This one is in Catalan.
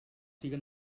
siga